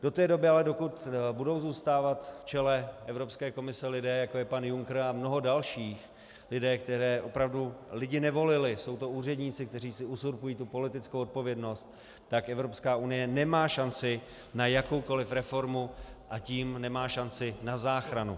Do té doby ale, dokud budou zůstávat v čele Evropské komise lidé, jako je pan Juncker a mnoho dalších, lidé, které opravdu lidé nevolili, jsou to úředníci, kteří si uzurpují tu politickou odpovědnost, tak Evropská unie nemá šanci na jakoukoli reformu, a tím nemá šanci na záchranu.